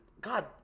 God